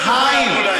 אבל חיים,